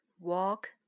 walk